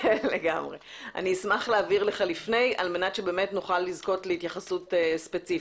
אשמח להעביר לך לפני כדי שנזכה להתייחסות ספציפית.